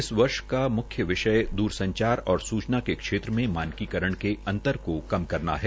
इस वर्ष का मुख्य विषय दूर संचार और सूचना के क्षेत्र में मानकीकरण के अंतर को कम करना है